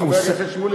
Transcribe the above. יש סיפור על ביטול,